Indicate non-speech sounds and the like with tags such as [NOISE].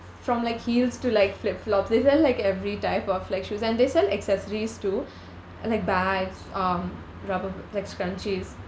from like heels to like flip flops they sell like every type of like shoes and they sell accessories too [BREATH] like bags um rubber b~ like scrunchies